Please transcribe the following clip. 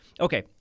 Okay